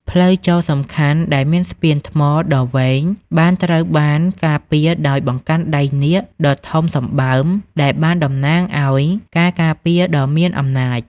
ផ្លូវចូលសំខាន់ដែលមានស្ពានថ្មដ៏វែងបានត្រូវបានការពារដោយបង្កាន់ដៃនាគដ៏ធំសម្បើមដែលបានតំណាងឲ្យការការពារដ៏មានអំណាច។